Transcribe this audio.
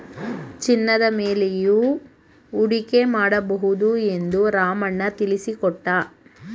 ಚಿನ್ನದ ಮೇಲೆಯೂ ಹೂಡಿಕೆ ಮಾಡಬಹುದು ಎಂದು ರಾಮಣ್ಣ ತಿಳಿಸಿಕೊಟ್ಟ